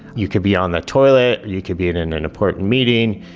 you could be on the toilet, you could be in an and important meeting,